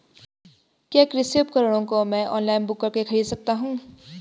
क्या कृषि उपकरणों को मैं ऑनलाइन बुक करके खरीद सकता हूँ?